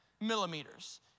millimeters